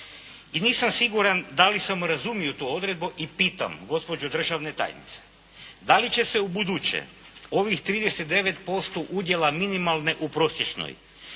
I nisam siguran da li sam razumio tu odredbu i pitam, gospođo državna tajnice, da li će se u buduće ovih 39% udjela minimalne u prosječnoj